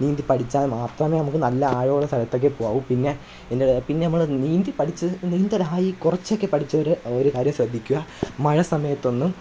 നീന്തി പഠിച്ചാല് മാത്രമേ നമുക്ക് നല്ല ആഴമുള്ള സ്ഥലത്തൊക്കെ പോവു പിന്നെ പിന്നേ പിന്നെ നമ്മൾ നീന്തിപ്പഠിച്ച് നീന്തലായി കുറച്ചൊക്കെ പഠിച്ചവർ ഒരു കാര്യം ശ്രദ്ധിക്കുക മഴ സമയത്തൊന്നും